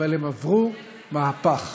אבל הם עברו מהפך.